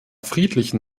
friedlichen